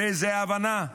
איזו הבנה,